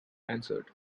answered